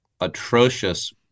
atrocious